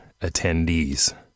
attendees